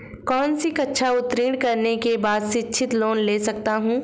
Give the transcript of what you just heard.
कौनसी कक्षा उत्तीर्ण करने के बाद शिक्षित लोंन ले सकता हूं?